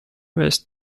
west